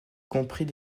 compris